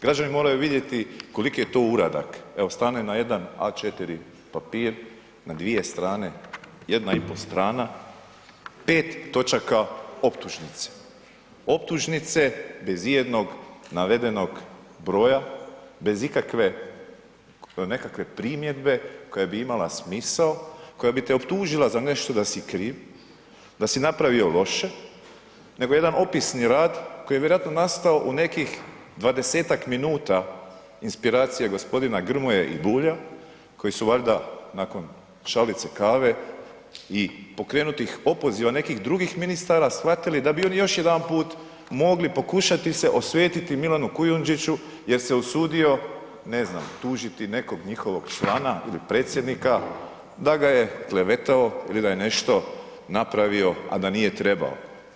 Građani moraju vidjeti koliki je to uradak, evo stane na jedan A4 papir, na dvije strane, jedna i po strana, 5 točaka optužnice, optužnice bez ijednog navedenog broja, bez ikakve nekakve primjedbe koja bi imala smisao, koja bi te optužila za nešto da si kriv, da si napravio loše, nego jedan opisni rad koji je vjerojatno nastao u nekih 20-tak minuta inspiracije g. Grmoje i Bulja koji su valjda nakon šalice kave i pokrenutih opoziva nekih drugih ministra shvatili da bi oni još jedanput mogli pokušati se osvetiti Milanu Kujundžiću jer se usudio ne znam, tužiti nekog njihovog člana ili predsjednika da ga je klevetao ili da je nešto napravio, a da nije trebao.